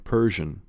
Persian